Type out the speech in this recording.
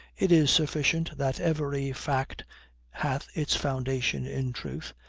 it is sufficient that every fact hath its foundation in truth,